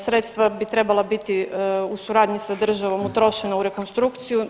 Sredstva bi trebala biti u suradnji sa državom utrošena u rekonstrukciju.